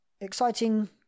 exciting